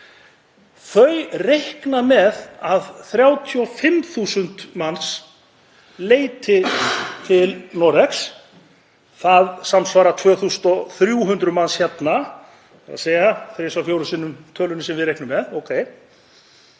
Þeir reikna með að 35.000 manns leiti til Noregs. Það samsvarar 2.300 manns hérna, þ.e. þrisvar, fjórum sinnum tölunni sem við reiknum með,